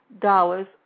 dollars